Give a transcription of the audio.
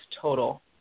total